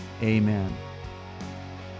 Amen